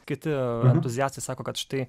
kiti entuziastai sako kad štai